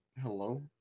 Hello